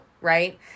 right